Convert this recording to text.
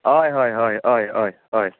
हय हय हय हय हय